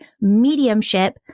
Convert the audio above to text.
mediumship